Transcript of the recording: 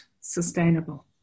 sustainable